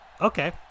Okay